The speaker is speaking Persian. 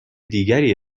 دیگری